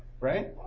right